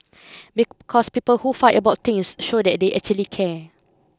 because people who fight about things show that they actually care